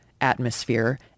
atmosphere